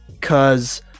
Cause